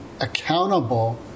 accountable